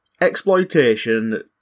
exploitation